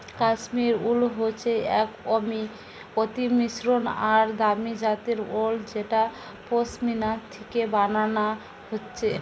কাশ্মীর উল হচ্ছে এক অতি মসৃণ আর দামি জাতের উল যেটা পশমিনা থিকে বানানা হচ্ছে